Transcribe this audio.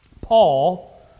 paul